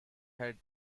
had